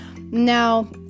Now